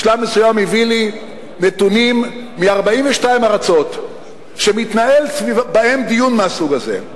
בשלב מסוים הביא לי נתונים מ-42 ארצות שמתנהל בהן דיון מהסוג הזה.